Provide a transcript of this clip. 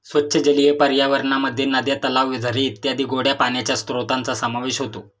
स्वच्छ जलीय पर्यावरणामध्ये नद्या, तलाव, झरे इत्यादी गोड्या पाण्याच्या स्त्रोतांचा समावेश होतो